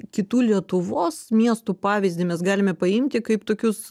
kitų lietuvos miestų pavyzdį mes galime paimti kaip tokius